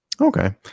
Okay